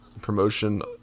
promotion